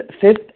fifth